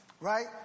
right